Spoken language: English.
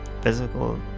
physical